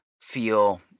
feel